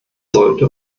sollte